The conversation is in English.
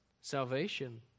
salvation